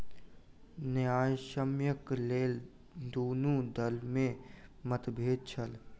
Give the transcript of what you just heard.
न्यायसम्यक लेल दुनू दल में मतभेद छल